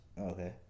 okay